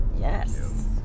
yes